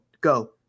Go